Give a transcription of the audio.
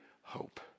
hope